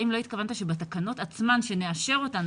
האם לא התכוונת שבתקנות עצמן שנאשר אותן,